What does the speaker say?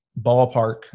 ballpark